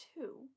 two